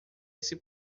esse